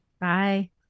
Bye